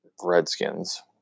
Redskins